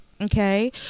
okay